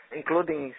including